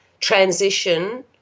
transition